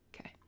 Okay